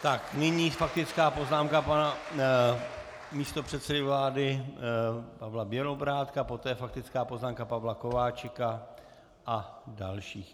Tak nyní faktická poznámka pana místopředsedy vlády Pavla Bělobrádka, poté faktická poznámka Pavla Kováčika a dalších.